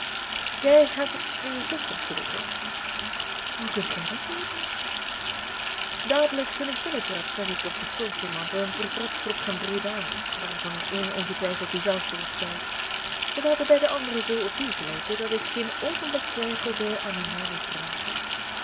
gij hebt twee zusters geloof ik hoe kunt gij dat weten dadelijk toen ik binnentrad zag ik op den schoorsteenmantel een portretgroep van drie dames waarvan een ongetwijfeld u zelf voorstelt terwijl de beide anderen zoo op u gelijken dat ik geen oogenblik twijfelde aan een nauwe verwantschap